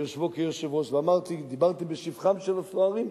ביושבו כיושב-ראש, ודיברתי בשבחם של הסוהרים.